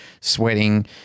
sweating